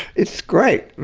it's great,